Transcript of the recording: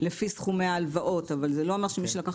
לפי סכומי ההלוואות אבל זה לא אומר שמי שלקח